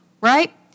right